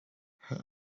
her